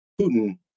Putin